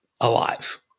alive